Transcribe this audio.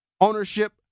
ownership